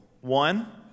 One